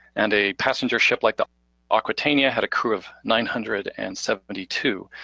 and a passenger ship like the aquitania had a crew of nine hundred and seventy two,